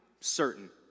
certain